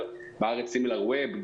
ובארץ בסימילר ווב,